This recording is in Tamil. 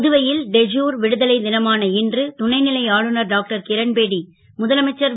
புதுவை ல் டி ஜுர் விடுதலை னமான இன்று துணை ல ஆளுநர் டாக்டர் கிரண்பேடி முதலமைச்சர் ரு